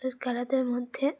রোজ খালাদের মধ্যে